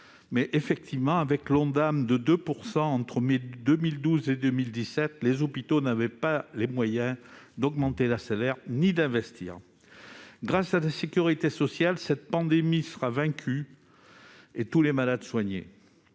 rattrapage »: avec un Ondam à 2 % entre mai 2012 et 2017, les hôpitaux n'avaient pas les moyens d'augmenter les salaires ni d'investir. Grâce à la sécurité sociale, cette pandémie sera vaincue et tous les malades seront